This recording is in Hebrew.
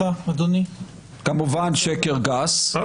כמובן שקר גס,